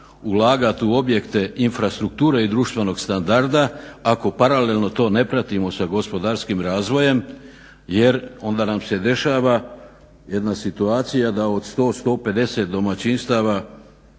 ulagati u objekte infrastrukture i društvenog standarda ako paralelno to ne pratimo sa gospodarskim razvojem jer nam se onda dešava jedna situacija da od 100, 150 domaćinstava